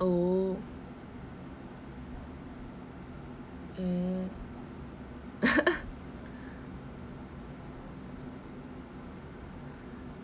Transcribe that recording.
oh mm